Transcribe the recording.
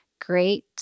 great